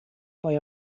poi